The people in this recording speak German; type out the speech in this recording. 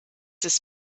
des